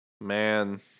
Man